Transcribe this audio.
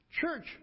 Church